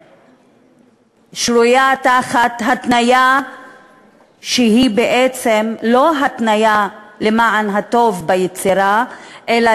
שרויה תחת התניה שהיא בעצם לא התניה למען הטוב ביצירה אלא